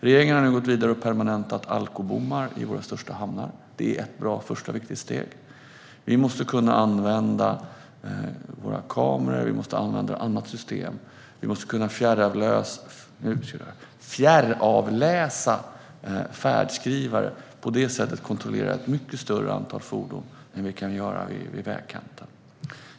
Regeringen har nu gått vidare och permanentat alkobommar i våra största hamnar. Det är ett bra första och viktigt steg. Man måste kunna använda kameror och andra system. Man måste kunna fjärravläsa färdskrivare för att på det sättet kontrollera ett mycket större antal fordon än vad man kan göra vid vägkanten.